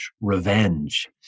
Revenge